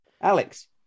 Alex